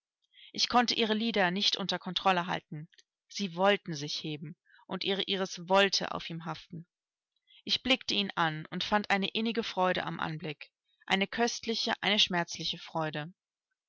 ich konnte ihre lider nicht unter kontrolle halten sie wollten sich heben und ihre iris wollte auf ihm haften ich blickte ihn an und fand eine innige freude am anblick eine köstliche eine schmerzliche freude